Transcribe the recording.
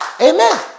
Amen